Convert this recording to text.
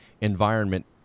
environment